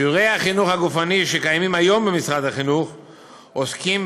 שיעורי החינוך הגופני שקיימים היום במשרד החינוך עוסקים,